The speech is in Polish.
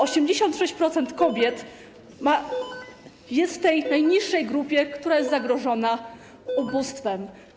86% kobiet jest w najniższej grupie, która jest zagrożona ubóstwem.